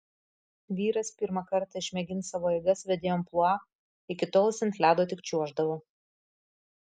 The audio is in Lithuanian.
vyras pirmą kartą išmėgins savo jėgas vedėjo amplua iki tol jis ant ledo tik čiuoždavo